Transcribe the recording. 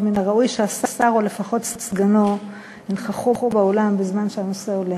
מן הראוי שהשר או לפחות סגנו ינכח באולם בזמן שהנושא עולה.